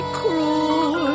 cruel